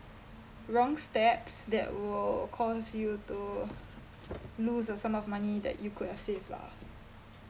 wrong steps that will cause you to lose a sum of money that you could have saved lah